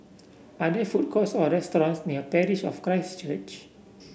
are there food courts or restaurants near Parish of Christ Church